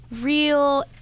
real